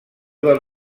del